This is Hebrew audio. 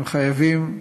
הם חייבים,